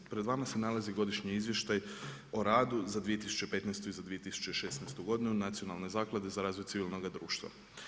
Pred vama se nalazi godišnji izvještaj o radu za 2015. i za 2016. godinu Nacionalne zaklade za razvoj civilnog društva.